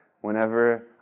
whenever